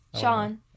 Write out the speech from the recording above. Sean